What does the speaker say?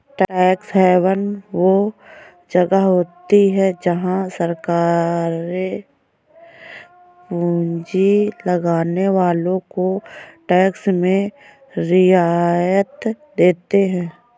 tax haven वो जगह होती हैं जहाँ सरकारे पूँजी लगाने वालो को टैक्स में रियायत देती हैं